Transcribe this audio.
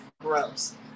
gross